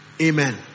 Amen